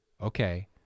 okay